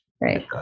Right